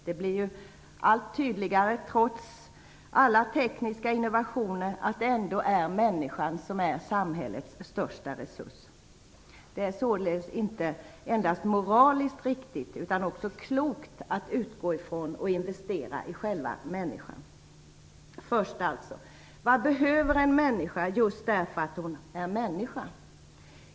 Det blir allt tydligare, trots alla tekniska innovationer, att det ändå är människan som är samhällets största resurs. Det är således inte endast moraliskt riktigt utan också klokt att utgå från och investera i själva människan. Vad behöver en människa just därför att hon är människa?